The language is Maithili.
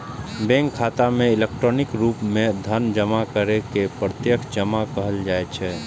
बैंक खाता मे इलेक्ट्रॉनिक रूप मे धन जमा करै के प्रत्यक्ष जमा कहल जाइ छै